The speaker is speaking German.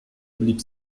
blieb